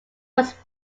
was